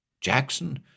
Jackson